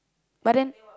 but then